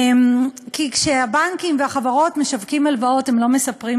כי כשהבנקים והחברות משווקים הלוואות הם לא מספרים